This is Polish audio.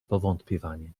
powątpiewanie